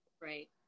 right